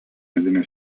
medinė